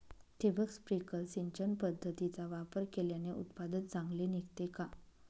ठिबक, स्प्रिंकल सिंचन पद्धतीचा वापर केल्याने उत्पादन चांगले निघते का?